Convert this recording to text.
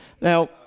Now